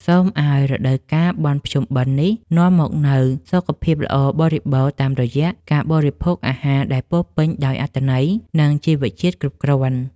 សូមឱ្យរដូវកាលបុណ្យភ្ជុំបិណ្ឌនេះនាំមកនូវសុខភាពល្អបរិបូរណ៍តាមរយៈការបរិភោគអាហារដែលពោរពេញដោយអត្ថន័យ និង ជីវជាតិគ្រប់គ្រាន់។